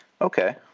Okay